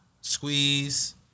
Squeeze